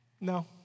No